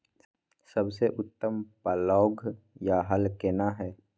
सबसे उत्तम पलौघ या हल केना हय?